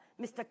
Mr